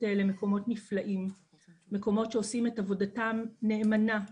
למקומות נפלאים שעושים את עבודתם נאמנה,